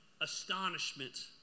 astonishment